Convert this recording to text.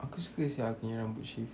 aku suka sia aku punya rambut shave